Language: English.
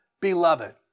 Beloved